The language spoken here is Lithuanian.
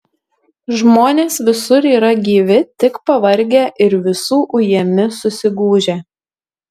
žmonės visur yra gyvi tik pavargę ir visų ujami susigūžę